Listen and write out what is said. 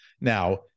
Now